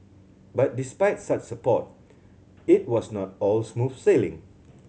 but despite such support it was not all smooth sailing